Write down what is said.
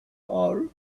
hour